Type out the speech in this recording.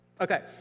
Okay